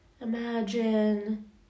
imagine